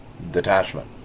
detachment